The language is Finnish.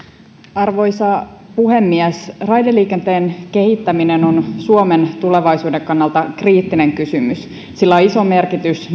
arvoisa puhemies raideliikenteen kehittäminen on suomen tulevaisuuden kannalta kriittinen kysymys sillä on iso merkitys